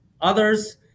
others